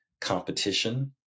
competition